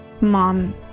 Mom